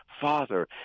Father